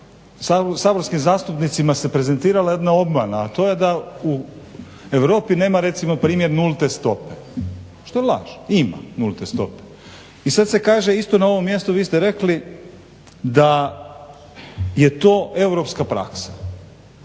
saborskim zastupnicima se prezentirala jedna obmana, a to je da u Europi nema recimo primjer nulte stope što je laž. Ima nulte stope. I sad se kaže isto na ovom mjestu vi ste rekli da je to europska praksa.